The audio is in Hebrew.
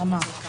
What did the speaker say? כרגע